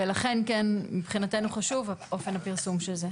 ולכן כן מבחינתנו חשוב אופן הפרסום של זה.